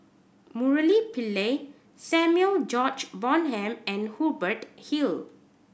Murali Pillai Samuel George Bonham and Hubert Hill